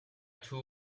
two